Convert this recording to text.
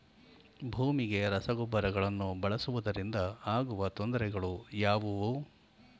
ಭೂಮಿಗೆ ರಸಗೊಬ್ಬರಗಳನ್ನು ಬಳಸುವುದರಿಂದ ಆಗುವ ತೊಂದರೆಗಳು ಯಾವುವು?